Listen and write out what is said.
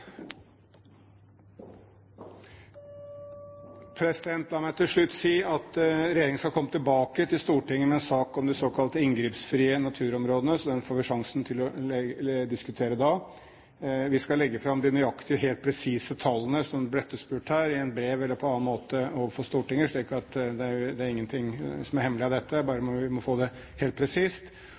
den får vi sjansen til å diskutere da. Vi skal legge fram de nøyaktige, helt presise tallene som ble etterspurt her, i et brev eller på annen måte overfor Stortinget. Det er ingenting av dette som er hemmelig. Jeg må bare få det helt presist. La meg også si at den klagen som kom, over at mange kommuner oppfatter at de blir sentralstyrt, og at mange ordførere er frustrert over det, er jeg ikke i tvil om er riktig, men det